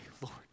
Lord